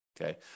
Okay